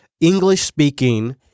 english-speaking